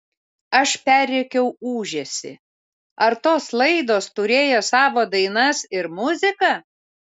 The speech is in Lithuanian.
aš perrėkiau ūžesį ar tos laidos turėjo savo dainas ir muziką